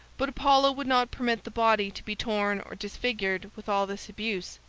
but apollo would not permit the body to be torn or disfigured with all this abuse,